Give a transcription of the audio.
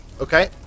Okay